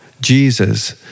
Jesus